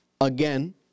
Again